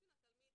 התלמיד